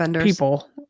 people